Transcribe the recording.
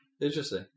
Interesting